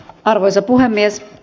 arvoisa puhemies